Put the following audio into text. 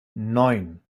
neun